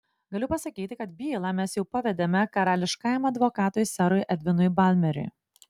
galiu pasakyti kad bylą mes jau pavedėme karališkajam advokatui serui edvinui balmeriui